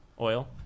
oil